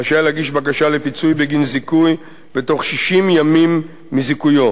רשאי להגיש בקשה לפיצוי בגין זיכוי בתוך 60 ימים מזיכויו.